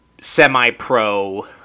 semi-pro